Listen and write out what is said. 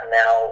now